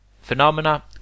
Phenomena